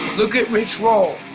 look at rich roll,